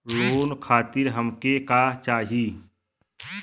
Loan खातीर हमके का का चाही?